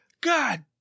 god